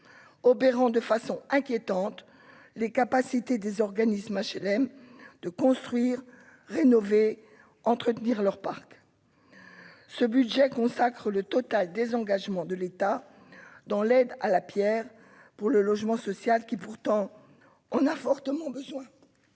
obérant de façon inquiétante les capacités des organismes HLM de construire, rénover, entretenir leur parc ce budget consacrent le total désengagement de l'État dans l'aide à la Pierre pour le logement social qui, pourtant, on a fortement besoin.